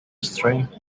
strength